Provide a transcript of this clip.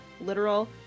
Literal